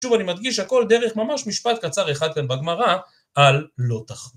שוב אני מדגיש, הכל דרך ממש, משפט קצר אחד כאן בגמרא, על לא תחב...